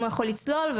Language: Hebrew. לצלול?